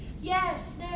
yes